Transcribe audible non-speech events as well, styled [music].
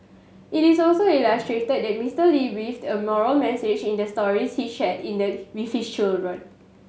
it is also illustrated Mister Lee weaved in moral message in the stories he shared [unintelligible] with his children